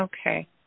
okay